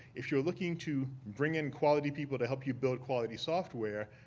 if you're looking to bring in quality people to help you build quality software,